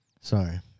Sorry